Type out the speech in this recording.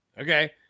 Okay